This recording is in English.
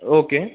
okay